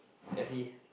as in